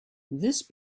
this